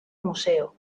museo